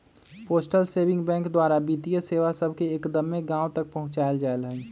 postal saving bank द्वारा वित्तीय सेवा सभके एक्दम्मे गाँव तक पहुंचायल हइ